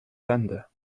thunder